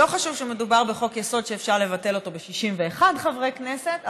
לא חשוב שמדובר בחוק-יסוד שאפשר לבטל אותו ב-61 חברי כנסת,